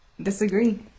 disagree